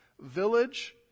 Village